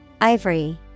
ivory